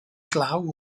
glaw